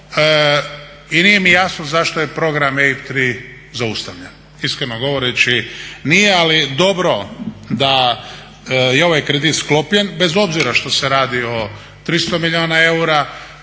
I nije mi jasno zašto je program EIB 3 zaustavljen, iskreno govoreći nije, ali dobro da je ovaj kredit sklopljen bez obzira što se radi o 300 milijuna eura.